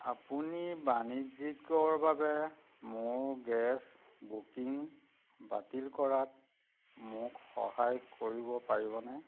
আপুনি বাণিজ্যিকৰ বাবে মোৰ গেছ বুকিং বাতিল কৰাত মোক সহায় কৰিব পাৰিবনে